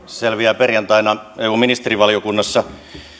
selviää perjantaina eu ministerivaliokunnassa